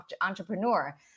entrepreneur